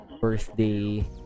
Birthday